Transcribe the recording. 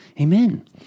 Amen